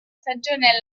stagione